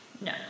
No